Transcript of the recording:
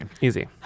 Easy